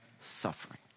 suffering